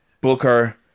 booker